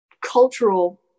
cultural